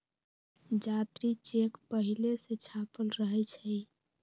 जात्री चेक पहिले से छापल रहै छइ